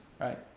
right